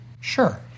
Sure